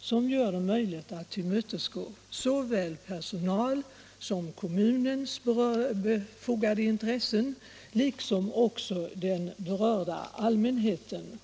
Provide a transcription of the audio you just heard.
som gör det möjligt att tillmötesgå såväl personalens som kommunens berättigade intressen, liksom också den berörda allmänhetens intressen.